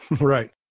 Right